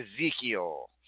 Ezekiel